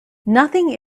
nothing